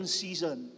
season